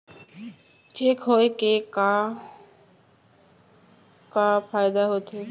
Cheque होए के का फाइदा होथे?